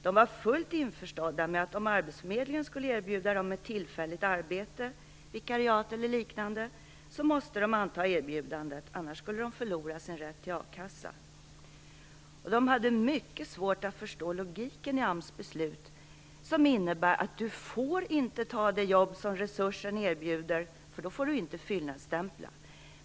De var fullt införstådda med att om arbetsförmedlingen skulle erbjuda dem ett tillfälligt arbete, vikariat eller liknande, måste de anta erbjudandet, för annars skulle de förlora sin rätt till akasseersättning. De hade mycket svårt att förstå logiken i AMS beslut, som innebär att du inte får ta det jobb som Resursen erbjuder, för då får du inte fyllnadsstämpla.